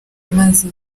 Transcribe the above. amazi